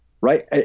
right